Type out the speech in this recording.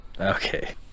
Okay